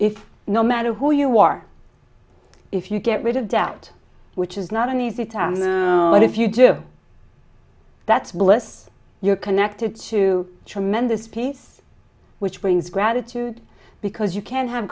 is no matter who you are if you get rid of doubt which is not an easy time but if you do that's bliss you're connected to tremendous peace which brings gratitude because you can have